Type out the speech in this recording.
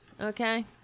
Okay